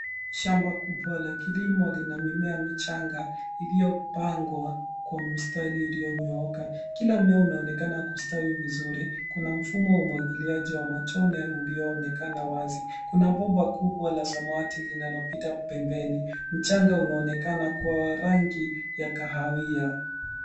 Shamba kubwa la kilimo lina mimea michanga, iliyopangwa kwa mistari iliyonyooka. Kila mmea unaonekana kustawi vizuri. Kuna mfumo wa umwagiliaji wa matone ulioonekana wazi. Kuna bomba kubwa la samawati linalopita pembeni. Mchanga unaonekana kua wa rangi ya kahawia.